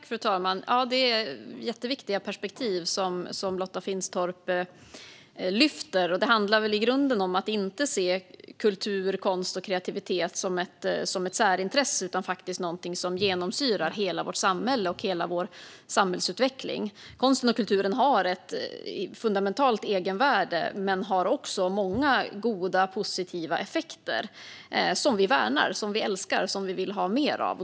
Fru talman! Det är jätteviktiga perspektiv Lotta Finstorp tar upp. Det handlar väl i grunden om att inte se kultur, konst och kreativitet som ett särintresse utan som något som faktiskt genomsyrar hela vårt samhälle och hela vår samhällsutveckling. Konsten och kulturen har ett fundamentalt egenvärde - men även många goda, positiva effekter som vi värnar, älskar och vill ha mer av.